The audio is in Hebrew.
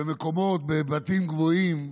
שבמקומות, בבתים גבוהים,